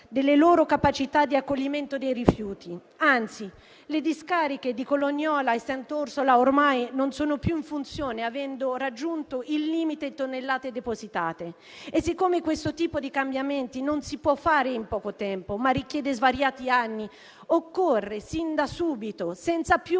delle loro capacità di accoglimento dei rifiuti. Anzi, le discariche di Colognola e Sant'Orsola ormai non sono più in funzione, avendo raggiunto il limite di tonnellate depositate. Siccome questo tipo di cambiamenti non si può fare in poco tempo, ma richiede svariati anni, occorre agire fin da subito, senza più